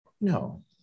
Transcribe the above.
No